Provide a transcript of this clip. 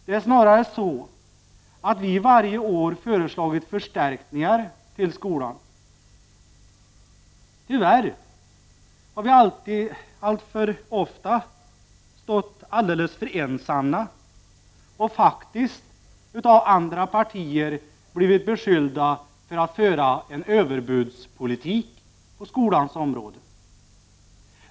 Vi har snarare varje år föreslagit förstärkningar till skolan. Tyvärr har vi alltför ofta stått ensamma och faktiskt av andra partier blivit beskyllda för att föra en överbudspolitik på skolans område.